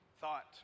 thought